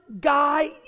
guy